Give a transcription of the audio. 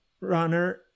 runner